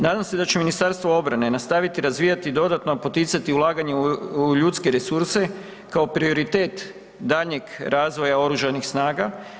Nadam se da će Ministarstvo obrane nastaviti razvijati i dodatno poticati ulaganje u ljudske resurse kao prioritet daljnjeg razvoja oružanih snaga.